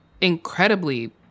incredibly